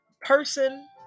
person